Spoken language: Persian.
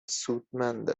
سودمند